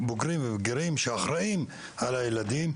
ובגירים שאחראים על הילדים.